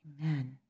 Amen